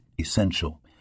essential